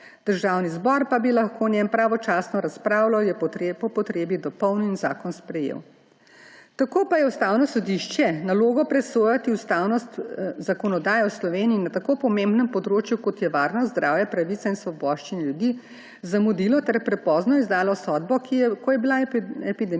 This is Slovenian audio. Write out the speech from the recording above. Državni zbor pa bi lahko o njem pravočasno razpravljal, ga po potrebi dopolnil in zakon sprejel. Tako pa je Ustavno sodišče nalogo presojati ustavnost zakonodaje v Sloveniji na tako pomembnem področju, kot je varnost, zdravje, pravice in svoboščine ljudi, zamudilo ter prepozno izdalo sodbo, ko je bila epidemija